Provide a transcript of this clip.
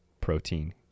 protein